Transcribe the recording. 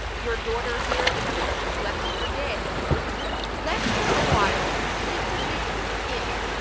your daughter here the princes left for dead let her awhile be secretly kept in,